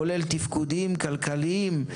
כולל תפקודים כלכליים,